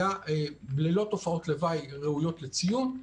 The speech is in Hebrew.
החיסון הישראלי היה ללא תופעות לוואי ראויות לציון.